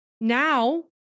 now